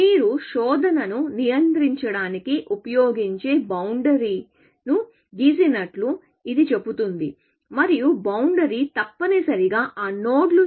మీరు శోధనను నియంత్రించడానికి ఉపయోగించే బౌండరీ ను గీసినట్లు ఇది చెబుతుంది మరియు బౌండరీ తప్పనిసరిగా ఆ నోడ్లు